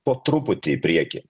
po truputį į priekį